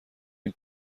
این